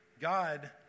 God